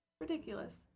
ridiculous